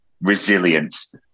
resilience